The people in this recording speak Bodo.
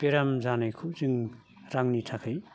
बेराम जानायखौ जों रांनि थाखाय